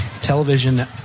Television